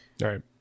Right